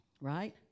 right